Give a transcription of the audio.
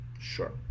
sure